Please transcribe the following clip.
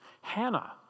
Hannah